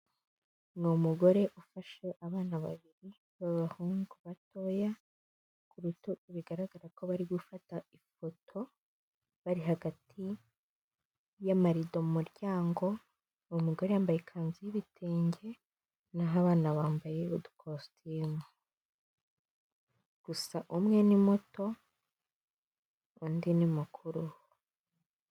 Ni umugore ufashe abana babiri b'abahungu batoya ku rutugu bigaragara ko bari gufata ifoto, bari hagati y'amarido muryango uwo mugore yambaye ikanzu y'ibitenge na abana bambaye udukositimu, gusa umwe ni muto undi ni mukuru.